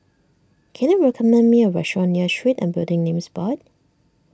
can you recommend me a restaurant near Street and Building Names Board